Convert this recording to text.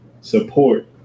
support